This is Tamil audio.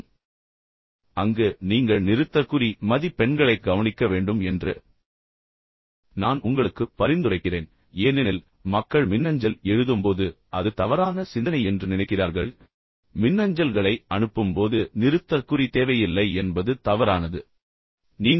அடுத்த விஷயம் சமமாக முக்கியமானது அங்கு நீங்கள் நிறுத்தற்குறி மதிப்பெண்களைக் கவனிக்க வேண்டும் என்று நான் உங்களுக்கு பரிந்துரைக்கிறேன் ஏனெனில் மக்கள் மின்னஞ்சல் எழுதும்போது அது தவறான சிந்தனை என்று நினைக்கிறார்கள் மின்னஞ்சல்களை அனுப்பும்போது நிறுத்தற்குறி மதிப்பெண்கள் தேவையில்லை என்பது தவறான கருத்து